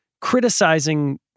Criticizing